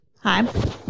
Hi